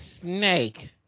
snake